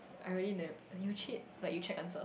I really ne~ you cheat like you check answer